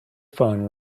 phone